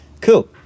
Cool